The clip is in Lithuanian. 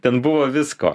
ten buvo visko